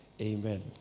Amen